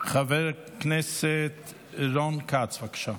חבר הכנסת רון כץ, בבקשה.